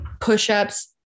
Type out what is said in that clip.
push-ups